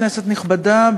כנסת נכבדה,